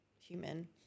human